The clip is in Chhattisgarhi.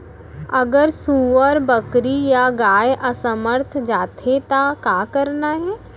अगर सुअर, बकरी या गाय असमर्थ जाथे ता का करना हे?